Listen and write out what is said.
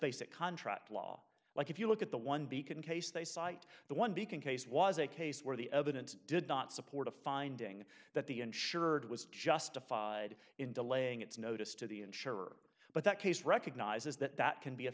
basic contract law like if you look at the one beacon case they cite the one decon case was a case where the evidence did not support a finding that the insured was justified in delaying its notice to the insurer but that case recognizes that that can be a